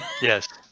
Yes